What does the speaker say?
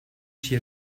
she